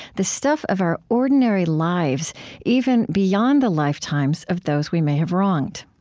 the stuff of our ordinary lives even beyond the lifetimes of those we may have wronged.